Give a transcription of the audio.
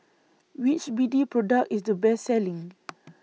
Which B D Product IS The Best Selling